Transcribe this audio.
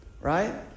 right